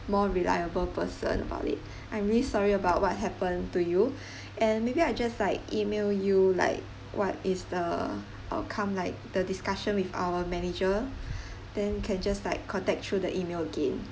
more reliable person about it I'm really sorry about what happened to you and maybe I just like email you like what is the outcome like the discussion with our manager then can just like contact through the email again